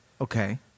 Okay